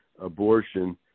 abortion